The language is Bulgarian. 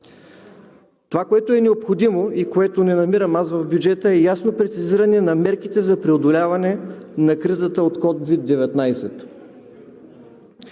Това, което е необходимо и което не намирам аз в бюджета, е ясно прецизиране на мерките за преодоляване на кризата от COVID-19.